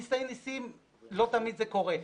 וניסי-ניסים, לא תמיד זה קורה.